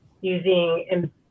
using